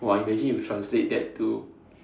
!wah! imagine if you translate that to